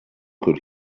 could